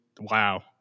wow